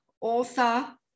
author